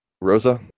Rosa